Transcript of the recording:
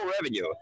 revenue